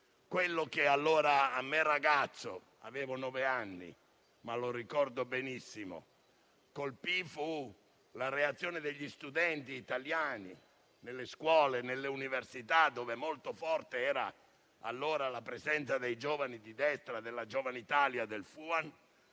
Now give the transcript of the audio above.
Quello che allora mi colpì (ero un ragazzo di nove anni, ma lo ricordo benissimo) fu la reazione degli studenti italiani nelle scuole e nelle università dove molto forte era la presenza dei giovani di destra della Giovane Italia e del Fronte